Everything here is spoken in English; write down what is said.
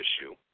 issue